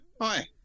hi